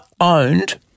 owned